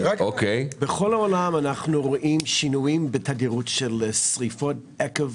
בכל העולם אנחנו רואים שינויים בתדירות של שריפות עקב